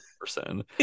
person